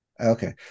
Okay